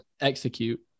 execute